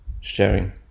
sharing